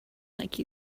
like